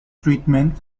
treatment